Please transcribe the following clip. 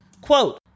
quote